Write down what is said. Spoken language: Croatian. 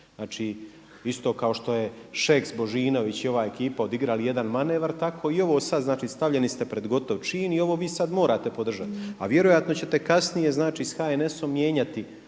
znači isto kao što je Šeks, Božinović i ova ekipa odigrali jedan manevar, tako i ovo sada, znači stavljeni ste pred gotov čin i ovo vi sada morate podržati. A vjerojatno ćete kasnije, znači sa HNS-om mijenjati